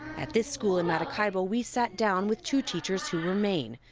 at this school in maracaibo, we sat down with two teachers who remain,